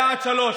היה עד שלוש,